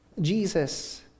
Jesus